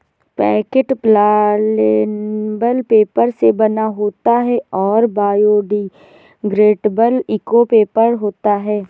packet plantable paper से बना होता है और बायोडिग्रेडेबल इको पेपर होता है